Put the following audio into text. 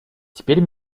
теперь